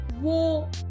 War